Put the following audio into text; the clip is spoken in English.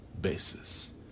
basis